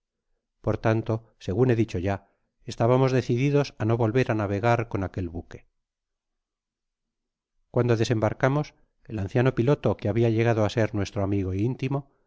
por tanto segun he dicho ya estábamos decididos á no'volver á navegar con aquel buque cuando desembarcamos el anciano piloto que habia llegado á ser nuestro amigo intimo